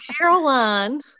carolyn